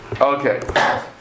Okay